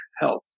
health